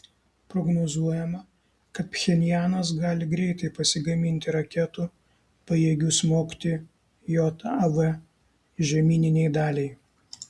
prognozuojama kad pchenjanas gali greitai pasigaminti raketų pajėgių smogti jav žemyninei daliai